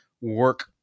work